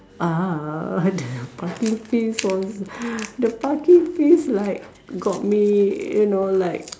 uh the parking fees was the parking fees like got me you know like